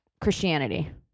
Christianity